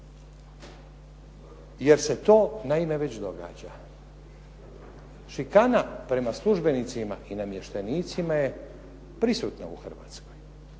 jer se to naime već događa. Šikana prema službenicima i namještenicima je prisutna u Hrvatskoj.